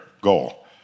goal